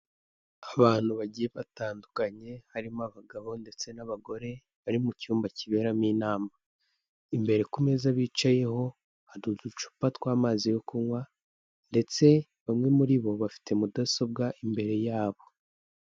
Abantu bagiye batandukanye, harimo abagabo ndetse n'abagore bari mu cyumba kiberamo inama. Imbere ku meza bicayeho hari uducupa tw'amazi yo kunywa ndetse bamwe muri bo bafite mudasobwa imbere yabo.